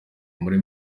muri